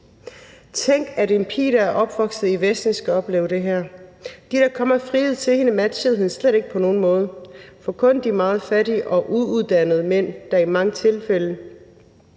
Tænk, at en pige, der er opvokset i Vesten, skal opleve det her. De, der kom og friede til hende, matchede hende slet ikke på nogen måde, for kun de meget fattige og uuddannede mænd, der i mange tilfælde